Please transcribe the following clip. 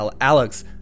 Alex